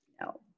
No